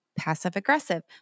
passive-aggressive